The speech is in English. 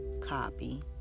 copy